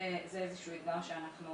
זה איזשהו אתגר שאנחנו